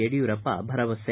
ಯಡಿಯೂರಪ್ಪ ಭರವಸೆ